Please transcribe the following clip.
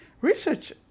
Research